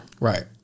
Right